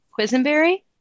Quisenberry